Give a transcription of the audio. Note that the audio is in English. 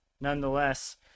nonetheless